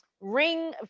Ring